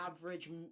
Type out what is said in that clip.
average